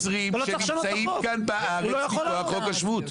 אני מכיר נוצרים שנמצאים כאן בארץ מכוח חוק השבות.